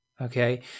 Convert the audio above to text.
okay